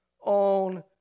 on